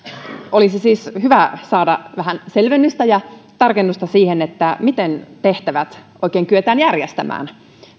olisi siis hyvä saada vähän selvennystä ja tarkennusta siihen miten tehtävät oikein kyetään järjestämään